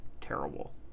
terrible